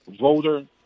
voter